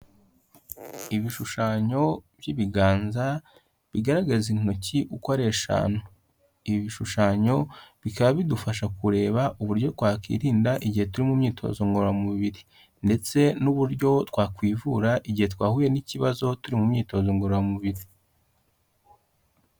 Ibishushanyo by'ibiganza bigaragaza intoki uko ari eshanu. Ibi bishushanyo bikaba bidufasha kureba uburyo twakwirinda igihe turi mu myitozo ngororamubiri, ndetse n'uburyo twakwivura igihe twahuye n'ikibazo turi mu myitozo ngororamubiri.